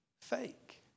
fake